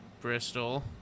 Bristol